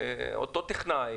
אותו טכנאי,